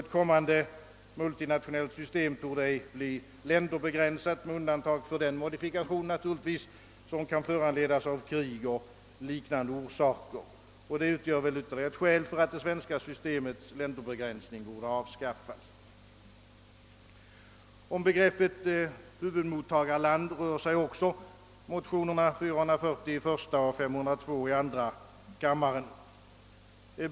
Ett kommande dylikt torde ej bli länderbegränsat, naturligtvis med undantag för den modifikation som kan föranledas av krig och liknande omständigheter. Detta utgör väl ytterligare ett skäl för att det svenska systemets länderbegränsning borde avskaffas. Om begreppet huvudmottagarland rör sig också motionerna I: 440 och II: 502.